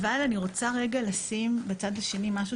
אבל אני רוצה רגע לשים בצד השני משהו